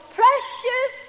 precious